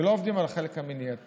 ולא עובדים על החלק המניעתי.